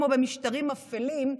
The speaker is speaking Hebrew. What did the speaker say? כמו במשטרים אפלים,